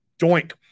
Doink